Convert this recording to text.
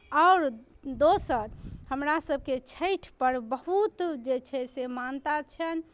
आओर दोसर हमरासभके छठि परब बहुत जे छै से मान्यता छनि